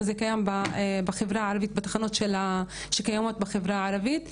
זה קיים בתחנות שנמצאות בחברה הערבית,